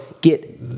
get